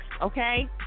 okay